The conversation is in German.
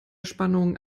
spannung